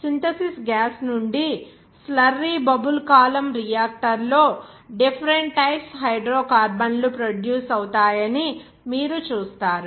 synthesis gas నుండి slurry bubble column reactor లో different types హైడ్రోకార్బన్లు ప్రొడ్యూస్ అవుతాయని మీరు చూస్తారు